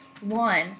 one